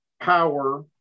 power